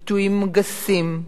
ביטויים גסים,